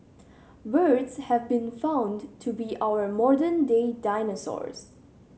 birds have been found to be our modern day dinosaurs